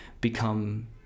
become